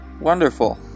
wonderful